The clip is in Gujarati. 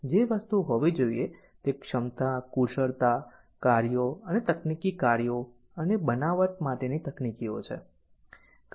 અને જે વસ્તુઓ હોવી જોઈએ તે ક્ષમતા કુશળતા કાર્યો અને તકનીકી કાર્યો અને બનાવટ માટેની તકનીકો છે